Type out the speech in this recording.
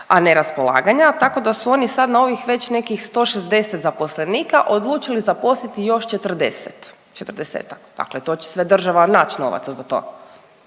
a ne raspolaganja tako da su oni sad na ovih nekih 160 zaposlenika odlučili zaposliti još 40, 40-ak, dakle to će sve država naći novaca za to.